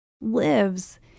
lives